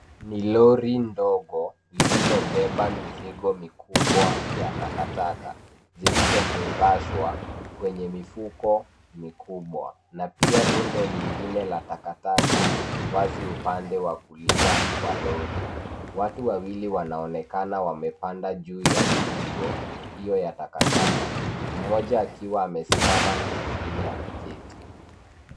Ni lori ndogo lililobeba mizigo mikubwa ya takataka zilizofungashwa kwenye mifuko mikubwa, na pia rundo lingine la takataka wazi upande wa kulia wa lori. Watu wawili wanaoonekana wamepanda juu ya mizigo hiyo ya takataka, mmoja akiwa amesimama na mwingine ameketi.